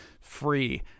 free